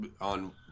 on